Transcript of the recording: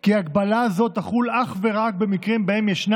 כי הגבלה זו תחול אך ורק במקרים שבהם ישנה